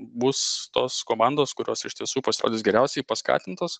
bus tos komandos kurios iš tiesų pasirodys geriausiai paskatintos